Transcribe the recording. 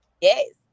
yes